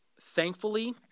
thankfully